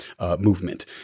movement